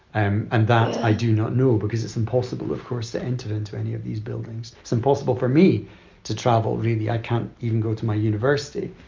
and and that i do not know, because it's impossible, of course, to enter into any of these buildings. it's impossible for me to travel, really. i can't even go to my university,